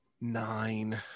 Nine